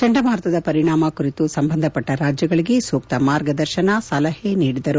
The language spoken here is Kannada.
ಚಂಡಮಾರುತದ ಪರಿಣಾಮ ಕುರಿತು ಸಂಬಂಧಪಟ್ಟ ರಾಜ್ಗಳಿಗೆ ಸೂಕ್ತ ಮಾರ್ಗದರ್ಶನ ಸಲಹೆ ನೀಡಿದರು